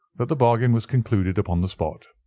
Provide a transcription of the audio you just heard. that the bargain was concluded upon the spot,